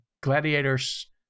gladiators